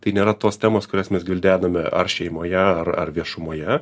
tai nėra tos temos kurias mes gvildename ar šeimoje ar ar viešumoje